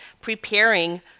preparing